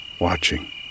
watching